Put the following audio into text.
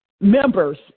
members